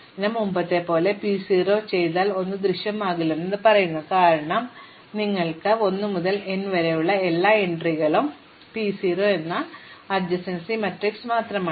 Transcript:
അതിനാൽ മുമ്പത്തെപ്പോലെ നിങ്ങൾ P 0 ചെയ്താൽ ഒന്നും ദൃശ്യമാകില്ലെന്ന് ഇത് പറയുന്നു കാരണം നിങ്ങൾക്ക് 1 മുതൽ n വരെ എല്ലാം ഉണ്ടായിരിക്കാം അതിനാൽ P 0 എന്നത് സമീപസ്ഥല മാട്രിക്സ് മാത്രമാണ്